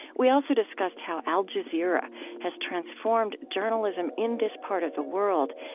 we also discussed how al jazeera has transformed journalism in this part of the world,